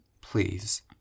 Please